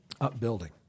Upbuilding